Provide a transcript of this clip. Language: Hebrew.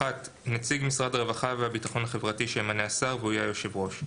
נציג משרד העבודה והביטחון החברתי שימנה השר והוא יהיה היושב ראש.